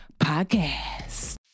podcast